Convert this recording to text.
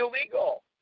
illegal